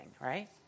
right